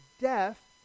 death